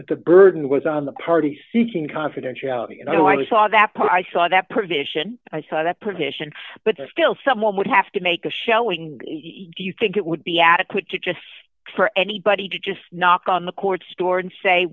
the burden was on the party seeking confidentiality you know i saw that part i saw that provision i saw that petition but there still someone would have to make a showing do you think it would be adequate to just for anybody to just knock on the court store and say